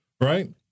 right